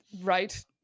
Right